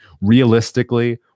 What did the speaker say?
Realistically